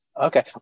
Okay